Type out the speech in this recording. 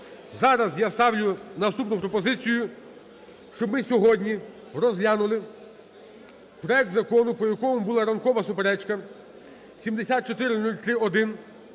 Зараз я ставлю наступну пропозицію, щоб ми сьогодні розглянули проект закону по якому була ранкова суперечка: 7403-1